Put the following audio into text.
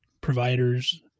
providers